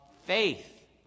faith